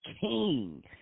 king